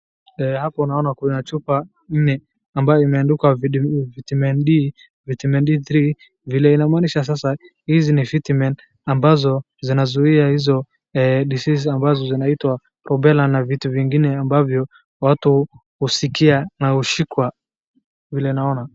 Hapo naona kuna chupa nne ambayo imeandikwa vitamin D3 vile inamaanisha sasa hizi ni vitamin ambazo zinazuia hizo disease ambazo zinaitwa rubela na vitu vingine ambavyo watu husikia na hushikwa vile naona.